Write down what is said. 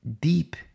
deep